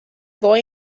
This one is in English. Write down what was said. boy